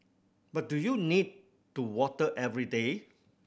but do you need to water every day